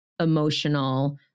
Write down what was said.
emotional